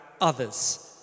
others